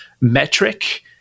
metric